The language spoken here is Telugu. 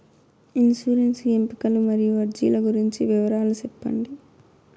ఇన్సూరెన్సు ఎంపికలు మరియు అర్జీల గురించి వివరాలు సెప్పండి